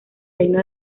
reino